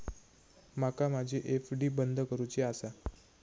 माका माझी एफ.डी बंद करुची आसा